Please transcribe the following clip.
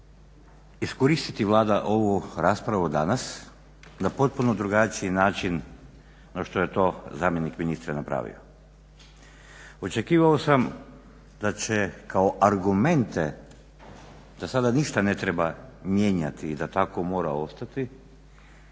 iskoristiti Vlada ovu raspravu danas na potpuno drugačiji način no što je to zamjenik ministra napravio. Očekivao sam da će kao argumente da sada ništa ne treba mijenjati i da tako mora ostati